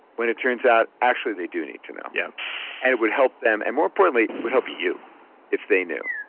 when it turns out actually they do need to know yep and it would help them, and more importantly it would help you you if they knew.